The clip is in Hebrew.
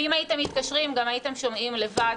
ואם הייתם מתקשרים גם הייתם שומעים לבד